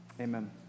Amen